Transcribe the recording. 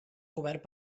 cobert